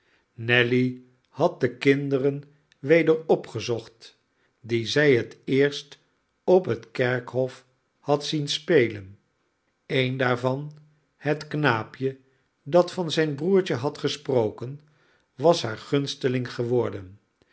nelly had de kinderen weder opgezocht die zij het eerst op het kerkhof had zien spelen een daarvan net knaapje dat van zijn broertje had gesproken was haar gunsteling geworden